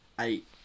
eight